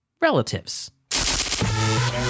relatives